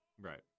Right